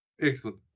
excellent